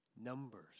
numbers